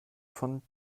von